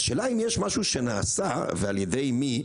השאלה אם יש משהו שנעשה ועל ידי מי,